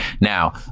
Now